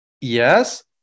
Yes